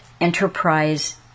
enterprise